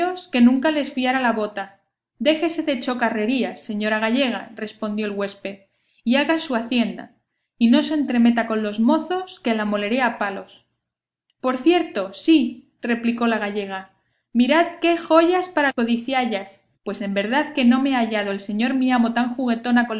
que nunca les fiara la bota déjese de chocarrerías señora gallega respondió el huésped y haga su hacienda y no se entremeta con los mozos que la moleré a palos por cierto sí replicó la gallega mirad qué joyas para codiciallas pues en verdad que no me ha hallado el señor mi amo tan juguetona